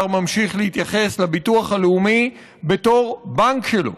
ממשיך להתייחס לביטוח הלאומי בתור בנק שלו.